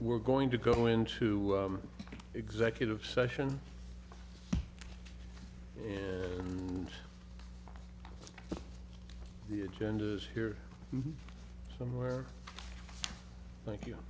we're going to go into executive session and the agenda is here somewhere thank you